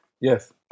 Yes